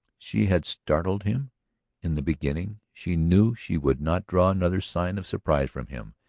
she had startled him in the beginning she knew she would not draw another sign of surprise from him.